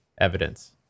evidence